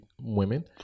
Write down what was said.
women